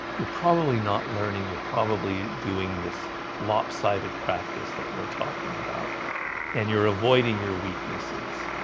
you're probably not learning you're probably doing this lopsided practice that we're talking about and you're avoiding your weaknesses